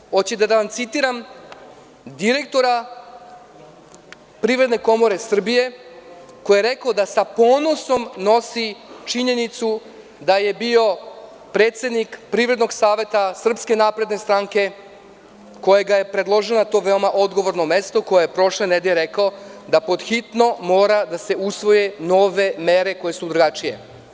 Da li hoćete da vam citiram direktora Privredne komore Srbije, koji je rekao da sa ponosom nosi činjenicu da je bio predsednik Privrednog saveta SNS, koja ga je predložila na to veoma odgovorno mesto, koji je prošle nedelje rekao da pod hitno moraju da se usvoje nove mere koje su drugačije.